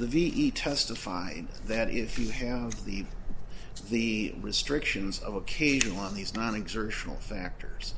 the ve testified that if you have the the restrictions of occasional on these non exertional factors